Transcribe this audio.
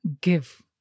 give